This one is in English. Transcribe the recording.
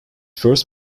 first